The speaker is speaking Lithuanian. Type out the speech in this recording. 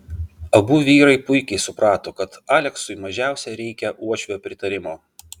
abu vyrai puikiai suprato kad aleksui mažiausiai reikia uošvio pritarimo